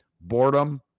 boredom